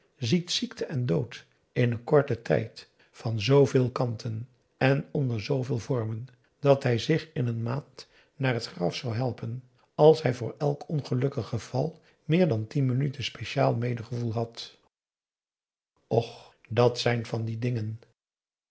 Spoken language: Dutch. ziet ziekte en dood in n korten tijd van zooveel kanten en onder zooveel vormen dat hij zich in n maand naar t graf zou helpen als hij voor elk ongelukkig geval meer dan tien minuten speciaal medegevoel had p a daum hoe hij raad van indië werd onder ps maurits och dat zijn van die dingen